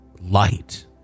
light